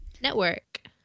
network